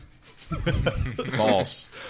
False